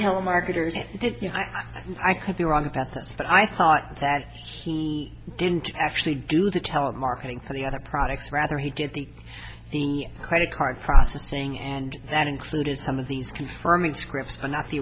telemarketers did you know i could be wrong about this but i thought that he didn't actually do the telemarketing for the other products rather he did the the credit card processing and that included some of these confirming scripts a